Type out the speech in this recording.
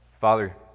Father